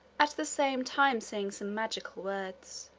at the same time saying some magical words.